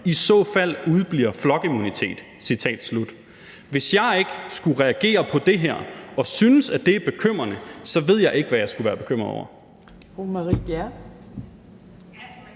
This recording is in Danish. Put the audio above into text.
I så fald udebliver flokimmunitet.« Hvis jeg ikke skulle reagere på det her og synes, at det er bekymrende, så ved jeg ikke, hvad jeg skulle være bekymret over. Kl. 16:27 Fjerde næstformand